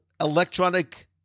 electronic